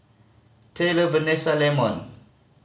Taylor Venessa Leamon